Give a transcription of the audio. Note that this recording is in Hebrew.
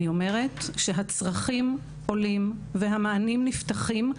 הצרכים עולים והמענים נפתחים,